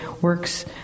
works